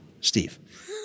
Steve